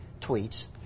tweets